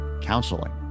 counseling